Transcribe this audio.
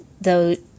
the-